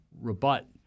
rebut